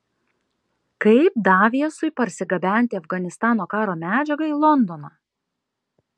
kaip daviesui parsigabenti afganistano karo medžiagą į londoną